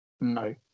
no